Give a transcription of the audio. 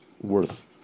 worth